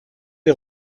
des